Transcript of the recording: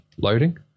loading